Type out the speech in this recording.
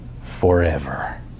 forever